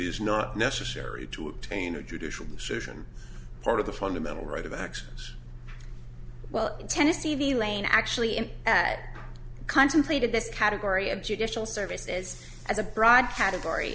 is not necessary to obtain a judicial decision part of the fundamental right of action well in tennessee v lane actually in contemplated this category of judicial services as a broad category